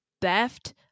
theft